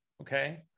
okay